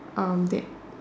that